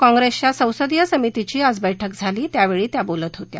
काँग्रेसच्या संसदीय समितीची आज बैठक झाली त्यावेळी त्या बोलत होत्या